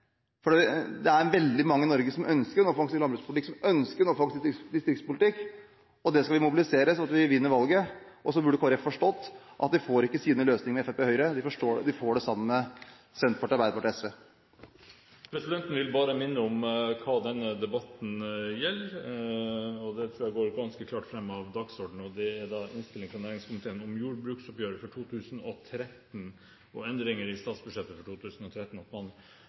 skje, for det er veldig mange i Norge som ønsker en offensiv landbrukspolitikk, som ønsker en offensiv distriktspolitikk, og dem skal vi mobilisere så vi vinner valget. Og Kristelig Folkeparti burde ha forstått at de får ikke sine løsninger med Fremskrittspartiet og Høyre, de får det sammen med Senterpartiet, Arbeiderpartiet og SV. Presidenten vil bare minne om hva denne debatten gjelder – jeg tror det går ganske klart fram av dagsordenen at det er innstilling fra næringskomiteen om jordbruksoppgjøret for 2013 og endringer i statsbudsjettet for 2013 – og at man